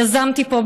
יזמתי פה,